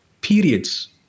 periods